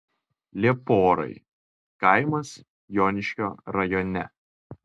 lieporai kaimas joniškio rajone